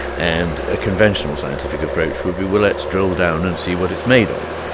and a conventional scientific approach would be, well, let's drill down and see what it's made of.